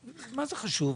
מה זה חשוב?